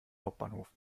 hauptbahnhof